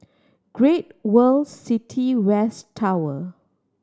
Great World City West Tower